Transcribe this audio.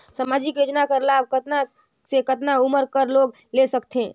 समाजिक योजना कर लाभ कतना से कतना उमर कर लोग ले सकथे?